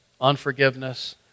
unforgiveness